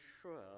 sure